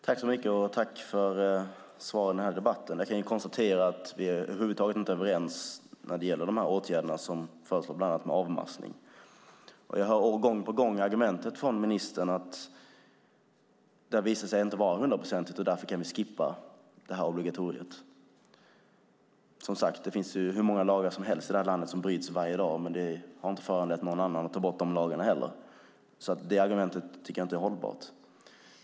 Fru talman! Jag tackar för svaren i debatten. Jag kan konstatera att vi över huvud taget inte är överens när det gäller de åtgärder som föreslås om bland annat avmaskning. Jag hör gång på gång argumentet från ministern om att detta obligatorium inte har visat sig vara hundraprocentigt och att vi därför kan skippa det. Men, som sagt, det finns hur många lagar som helst i detta land som det bryts mot, men det har inte föranlett någon att ta bort dem. Det argumentet tycker jag därför inte är hållbart.